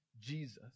Jesus